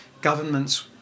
government's